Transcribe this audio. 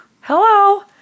Hello